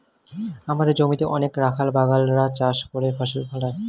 আমাদের জমিতে অনেক রাখাল বাগাল রা চাষ করে ফসল ফলায়